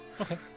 Okay